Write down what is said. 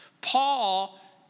Paul